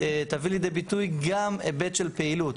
תביא לידי ביטוי גם היבט של פעילות.